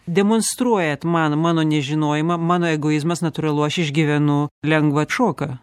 demonstruojat man mano nežinojimą mano egoizmas natūralu aš išgyvenu lengvą šoką